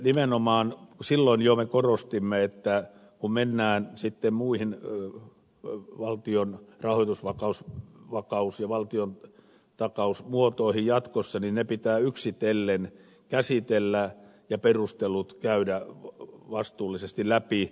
jo silloin nimenomaan me korostimme että kun mennään sitten muihin valtion rahoitusvakaus ja valtion takausmuotoihin jatkossa niin ne pitää yksitellen käsitellä ja perustelut käydä vastuullisesti läpi